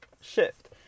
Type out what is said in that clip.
shift